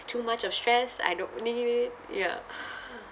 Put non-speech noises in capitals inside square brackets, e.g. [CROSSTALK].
it's too much of stress I don't need it ya [NOISE]